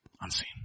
unseen